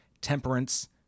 temperance